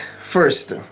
first